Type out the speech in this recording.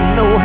no